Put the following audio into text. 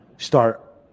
start